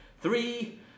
three